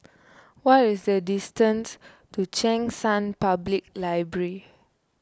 what is the distance to Cheng San Public Library